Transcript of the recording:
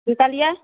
की कहलियै